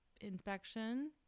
inspection